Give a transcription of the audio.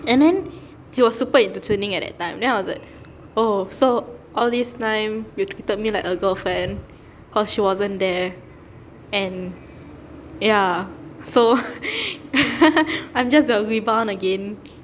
and then he was super into zi ning at that time then I was like oh so all this time you treated me like a girlfriend cause she wasn't there and ya so I'm just a rebound again